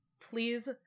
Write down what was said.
please